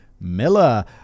Miller